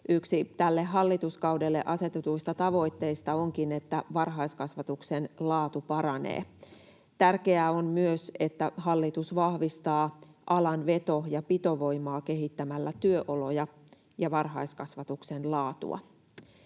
Yksi tälle hallituskaudelle asetetuista tavoitteista onkin, että varhaiskasvatuksen laatu paranee. Tärkeää on myös, että hallitus vahvistaa alan veto- ja pitovoimaa kehittämällä työoloja ja varhaiskasvatuksen laatua.